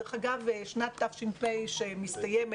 דרך אגב, בשנת תש"פ שמסתיימת,